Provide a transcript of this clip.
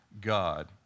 God